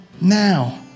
now